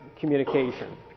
communication